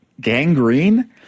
gangrene